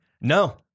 no